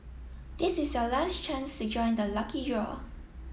this is your last chance join the lucky draw